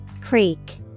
Creek